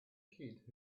kid